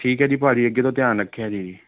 ਠੀਕ ਹੈ ਜੀ ਭਾਅ ਜੀ ਅੱਗੇ ਤੋਂ ਧਿਆਨ ਰੱਖਿਓ ਜੀ